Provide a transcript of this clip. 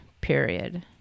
period